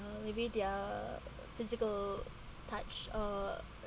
uh maybe their uh physical touch or